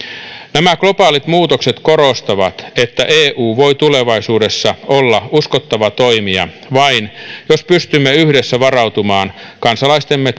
nämä globaalit muutokset korostavat että eu voi tulevaisuudessa olla uskottava toimija vain jos pystymme yhdessä varautumaan kansalaistemme